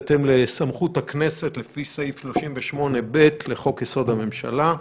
בהתאם לסמכות הכנסת לפי סעיף 38(ב) לחוק יסוד: הממשלה.